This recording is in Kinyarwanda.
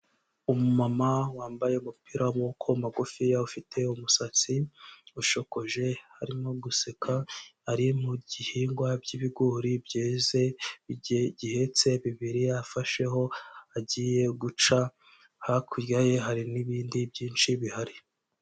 Umumama wambaye umupira w'amaboko magufiya, ufite umusatsi ushokoje, arimo guseka, ari mu bihingwa by'ibigori byeze, gihetse bibiri, afasheho agiye guca, hakurya ye hari n'ibindi byinshi bihari.